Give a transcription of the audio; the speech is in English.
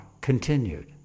continued